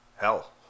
hell